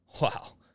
wow